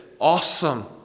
awesome